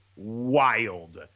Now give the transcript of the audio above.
wild